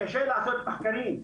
שקשה לעשות מחקרים,